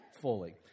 fully